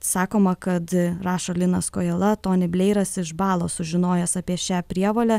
sakoma kad rašo linas kojala toni bleiras išbalo sužinojęs apie šią prievolę